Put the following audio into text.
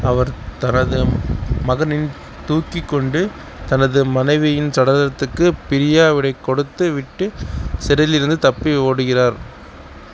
அவர் தனது மகனைத் தூக்கிக்கொண்டு தனது மனைவியின் சடலத்திற்கு பிரியாவிடை கொடுத்துவிட்டு செடிடிலேருந்து தப்பி ஓடுகிறார்